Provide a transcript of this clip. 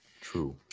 true